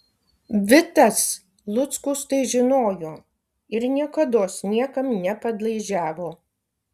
vitas luckus tai žinojo ir niekados niekam nepadlaižiavo